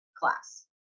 class